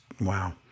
wow